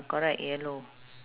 correct yellow